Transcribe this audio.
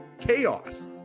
Chaos